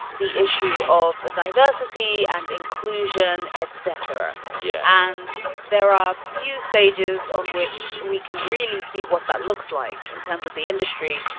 the issue of diversity and inclusion, et cetera yeah and there are a few stages on which we can really see what that looks like in terms of the industry.